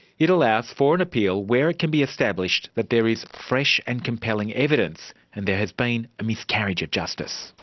it allows for an appeal where it can be established that there is fresh and compelling evidence and there has been a miscarriage of justice.